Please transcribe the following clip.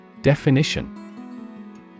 Definition